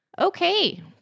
Okay